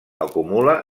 acumula